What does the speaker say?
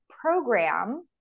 program